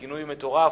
הכינוי "מטורף"